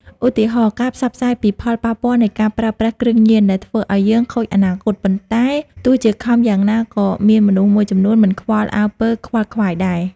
ឧទាហរណ៍៖ ការផ្សព្វផ្សាយពីផលប៉ះពាល់នៃការប្រើប្រាស់គ្រឿងញៀនដែលធ្វើឱ្យយើងខូចអនាគត ប៉ុន្តែទោះជាខំយ៉ាងណាក៏មានមនុស្សមួយចំនួនមិនខ្វល់អើពើ ខ្វល់ខ្វាយដែរ។